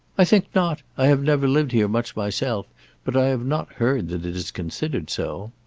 i think not. i have never lived here much myself but i have not heard that it is considered so.